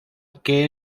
que